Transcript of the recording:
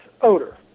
odor